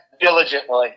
diligently